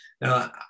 Now